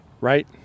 right